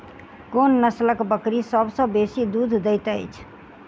कोन नसलक बकरी सबसँ बेसी दूध देइत अछि?